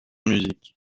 musique